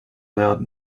loud